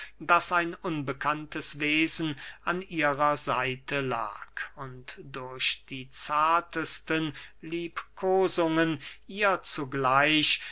daß ein unbekanntes wesen an ihrer seite lag und durch die zartesten liebkosungen ihr zugleich